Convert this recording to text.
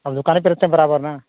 आप दुकाने पर रहते हैं बराबर न